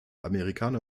amerikaner